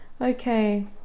Okay